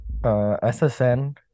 SSN